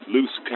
Loose